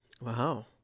Wow